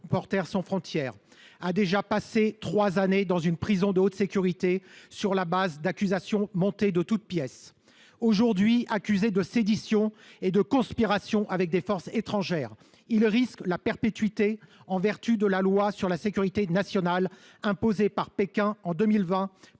Reporters sans Frontières a déjà passé trois années dans une prison de haute sécurité, sur le fondement d’accusations montées de toutes pièces. Aujourd’hui accusé de sédition et de « conspiration avec des forces étrangères », il risque la perpétuité en vertu de la loi sur la sécurité nationale imposée par Pékin en 2020